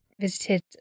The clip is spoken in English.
visited